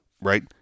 right